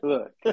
Look